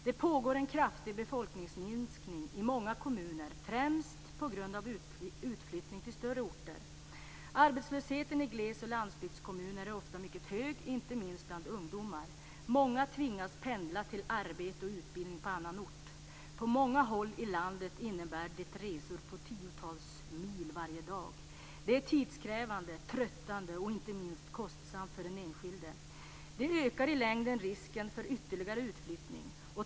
Det pågår en kraftig befolkningsminskning i många kommuner, främst på grund av utflyttning till större orter. Arbetslösheten i gles och landsbygdskommuner är ofta mycket hög, inte minst bland ungdomar. Många tvingas pendla till arbete och utbildning på annan ort. På många håll i landet innebär det resor på tiotals mil varje dag. Det är tidskrävande, tröttande och inte minst kostsamt för den enskilde. Det ökar i längden risken för ytterligare utflyttning.